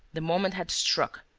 the moment had struck,